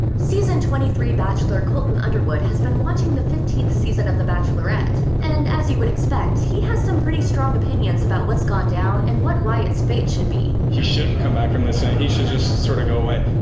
season twenty three bachelor colton underwood has been watching the fifteenth season of the bachelorette. and as you would expect, he has some pretty strong opinions about what's gone down and what wyatt's fate should be. he shouldn't come back from this. ah he should just sort of go away.